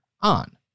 on